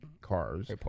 cars